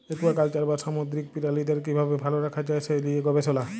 aquaculture বা সামুদ্দিরিক পিরালিদের কিভাবে ভাল রাখা যায় সে লিয়ে গবেসলা